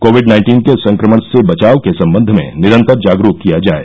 Covid nineteen के संक्रमण से बचाव के सम्बन्ध में निरन्तर जागरूक किया जाए